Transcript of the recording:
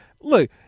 look